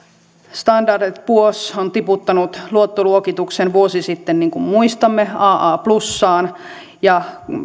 standard poors on tiputtanut luottoluokituksen vuosi sitten niin kuin muistamme aa plus aan ja